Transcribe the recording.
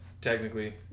Technically